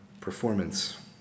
performance